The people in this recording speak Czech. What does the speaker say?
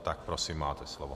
Tak prosím, máte slovo.